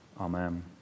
Amen